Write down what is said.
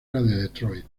detroit